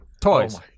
Toys